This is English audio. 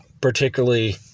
particularly